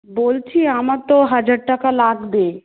বলছি আমার তো হাজার টাকা লাগবে